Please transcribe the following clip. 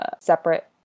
separate